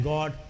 God